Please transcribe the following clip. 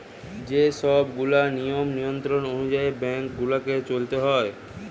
যে সব গুলা নিয়ম নিয়ন্ত্রণ অনুযায়ী বেঙ্ক গুলাকে চলতে হয়